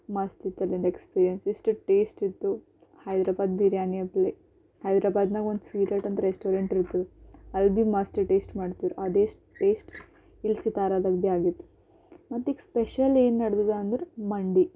ಮಸ್ತಿತ್ತು ಅಲ್ಲಿಂದು ಎಕ್ಸ್ಪೀರಿಯನ್ಸ್ ಎಷ್ಟು ಟೇಷ್ಟಿತ್ತು ಹೈದ್ರಾಬಾದ್ ಬಿರಿಯಾನಿ ಅಂತಲೆ ಹೈದ್ರಾಬಾದ್ನಾಗ ಒಂದು ಸ್ವೀಟ್ಹಾರ್ಟ್ ಅಂತ ರೆಸ್ಟೋರೆಂಟ್ರ್ ಇತ್ತು ಅಲ್ಲಿ ಬಿ ಮಸ್ತು ಟೇಷ್ಟ್ ಮಾಡ್ತಿರು ಅದೇ ಶ್ ಟೇಷ್ಟ್ ಇಲ್ಲಿ ಸಿತಾರದಾಗ ಬಿ ಆಗಿತ್ತು ಮತ್ತೀಗ ಸ್ಪೆಷಲ್ ಏನು ನಡೆದದ ಅಂದ್ರ ಮಂಡಿ